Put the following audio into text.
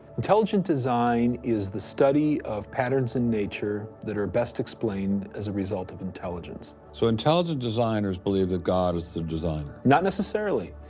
intelligent design is the study of patterns in nature that are best explained as a result of intelligence. so intelligent designers believe that god is the designer. not necessarily.